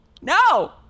no